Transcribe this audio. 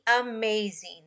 amazing